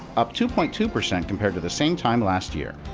up two point two percent compared to the same time last year.